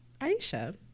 Aisha